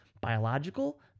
biological